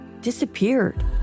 disappeared